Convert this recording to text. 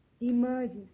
emerges